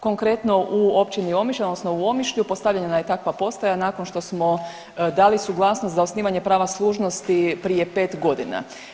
Konkretno u općini Omišalj, odnosno u Omišlju postavljena je takva postaja nakon što smo dali suglasnost za osnivanje prava služnosti prije pet godina.